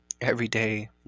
everyday